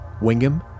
Wingham